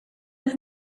his